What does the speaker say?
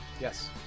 Yes